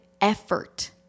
effort